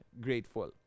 grateful